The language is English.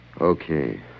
Okay